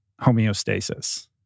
homeostasis